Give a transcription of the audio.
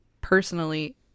personally